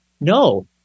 no